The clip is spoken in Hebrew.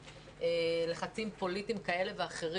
לחצים פוליטיים כאלה ואחרים.